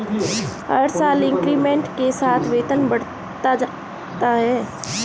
हर साल इंक्रीमेंट के साथ वेतन बढ़ता जाता है